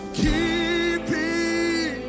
keeping